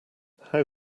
how